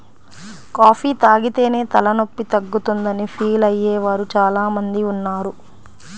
coffee తాగితేనే తలనొప్పి తగ్గుతుందని ఫీల్ అయ్యే వారు చాలా మంది ఉన్నారు